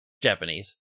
Japanese